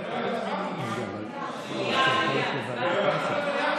מליאה, מליאה.